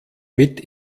mit